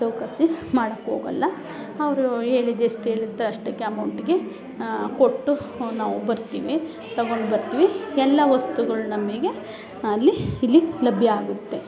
ಚೌಕಾಸಿ ಮಾಡೋಕ್ ಹೋಗಲ್ಲ ಅವರು ಹೇಳಿದ್ ಎಷ್ಟು ಹೇಳಿರ್ತರೆ ಅಷ್ಟಕ್ ಅಮೌಂಟ್ಗೆ ಕೊಟ್ಟು ನಾವು ಬರ್ತಿವಿ ತಗೊಂಡು ಬರ್ತಿವಿ ಎಲ್ಲ ವಸ್ತುಗಳು ನಮಗೆ ಅಲ್ಲಿ ಇಲ್ಲಿ ಲಭ್ಯ ಆಗುತ್ತೆ